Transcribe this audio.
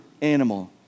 animal